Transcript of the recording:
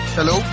Hello